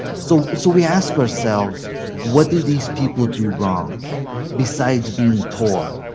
so so we ask ourselves what did these people do wrong besides being poor?